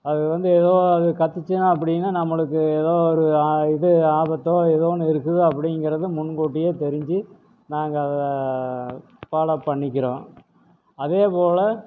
அது வந்து ஏதோ அது கத்துச்சுனா அப்படினா நம்மளுக்கு ஏதோ ஒரு இது ஆபத்தோ ஏதோ ஒன்று இருக்குது அப்படிங்கிறது முன்கூட்டியே தெரிஞ்சு நாங்கள் ஃபாலோ பண்ணிக்கிறோம் அதே போல்